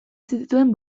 zituen